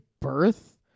birth